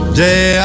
day